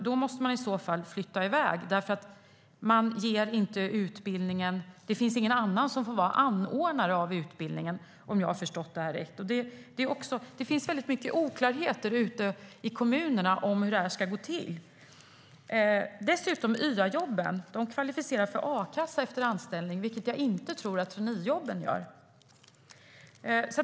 Då måste man flytta iväg, för det finns ingen annan som får vara anordnare av utbildningen, om jag har förstått rätt. Det finns många oklarheter ute i kommunerna om hur det här ska gå till. YA-jobben kvalificerar dessutom för a-kassa efter anställning, vilket jag inte tror att traineejobben gör.